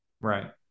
Right